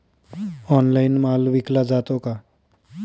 Online माल विकला जातो का?